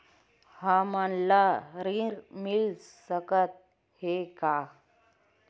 हमन ला ऋण मिल सकत हे का?